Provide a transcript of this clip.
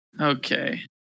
Okay